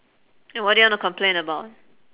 and what do you wanna complain about